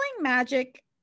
magic